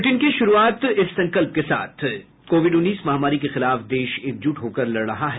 bulletin की शुरूआत इस संकल्प के साथ कोविड उन्नीस महामारी के खिलाफ देश एकजुट होकर लड़ रहा है